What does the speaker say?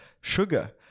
sugar